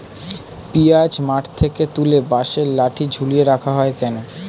পিঁয়াজ মাঠ থেকে তুলে বাঁশের লাঠি ঝুলিয়ে রাখা হয় কেন?